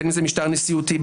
בין אם משטר נשיאותי,